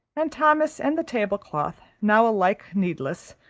and thomas and the tablecloth, now alike needless,